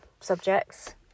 subjects